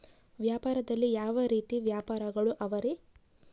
ವ್ಯಾಪಾರದಲ್ಲಿ ಯಾವ ರೇತಿ ವ್ಯಾಪಾರಗಳು ಅವರಿ?